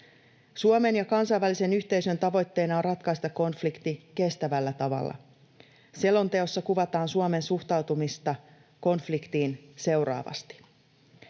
Suomen ja kansainvälisen yhteisön tavoitteena on ratkaista konflikti kestävällä tavalla. Selonteossa kuvataan Suomen suhtautumista konfliktiin seuraavasti: